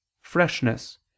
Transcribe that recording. freshness